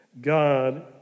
God